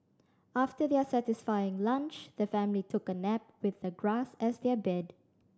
after their satisfying lunch the family took a nap with the grass as their bed